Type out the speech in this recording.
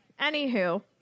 Anywho